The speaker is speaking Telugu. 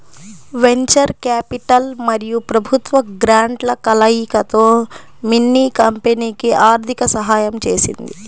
వెంచర్ క్యాపిటల్ మరియు ప్రభుత్వ గ్రాంట్ల కలయికతో మిన్నీ కంపెనీకి ఆర్థిక సహాయం చేసింది